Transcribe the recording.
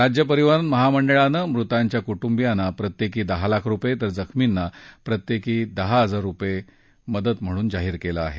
राज्य परिवहन महामंडळानं मृतांच्या कुटुंबांना प्रत्येकी दहा लाख रुपये तर जखमींना प्रत्येकी दहा हजार रुपयांची मदत जाहीर केली आहे